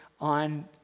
on